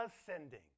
ascending